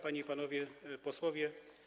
Panie i Panowie Posłowie!